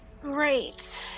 Great